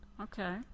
Okay